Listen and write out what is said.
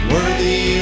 Worthy